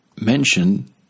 mentioned